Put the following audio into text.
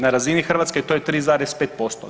Na razini Hrvatske to je 3,5%